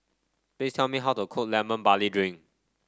please tell me how to cook Lemon Barley Drink